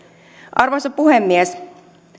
arvoisa puhemies